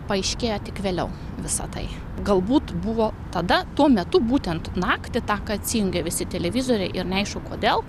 paaiškėjo tik vėliau visa tai galbūt buvo tada tuo metu būtent naktį tą kai atsijungė visi televizoriai ir neaišku kodėl